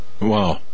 Wow